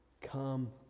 Come